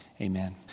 Amen